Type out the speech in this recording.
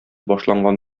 башланган